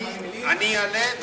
לא, אני אעלה ואסביר.